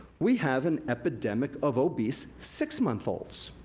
we have an epidemic of obese six month olds.